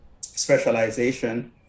specialization